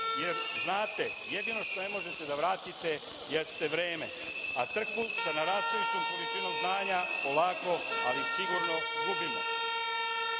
jer znate, jedino što ne možete da vratite jeste vreme, a trku sa narastajućom količinom znanja polako, ali sigurno gubimo. Henri